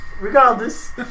Regardless